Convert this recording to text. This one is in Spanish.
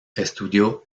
estudió